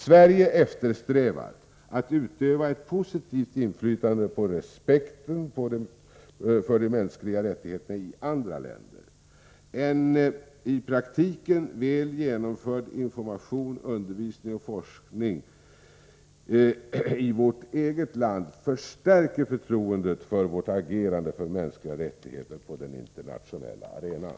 Sverige eftersträvar att utöva ett positivt inflytande på respekten för de mänskliga rättigheterna i andra länder. En i praktiken väl genomförd information, undervisning och forskning i vårt eget land förstärker förtroendet för vårt agerande för mänskliga rättigheter på den internationella arenan.